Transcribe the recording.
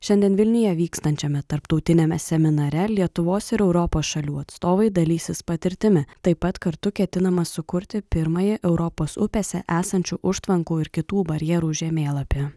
šiandien vilniuje vykstančiame tarptautiniame seminare lietuvos ir europos šalių atstovai dalysis patirtimi taip pat kartu ketinama sukurti pirmąją europos upėse esančių užtvankų ir kitų barjerų žemėlapį